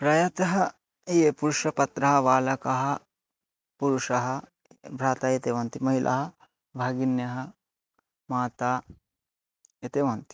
प्रायशः ये पुरुषपात्राणि बालकाः पुरुषः भ्रातरः एते एव सन्ति महिलाः भगिन्यः माता एते एव सन्ति